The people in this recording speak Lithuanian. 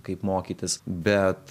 kaip mokytis bet